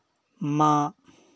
माँ